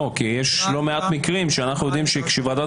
יש לא מעט מקרים שאנחנו יודעים שכאשר ועדת